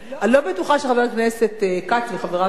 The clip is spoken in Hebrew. אני לא בטוחה שחבר הכנסת כץ וחבריו באיחוד הלאומי,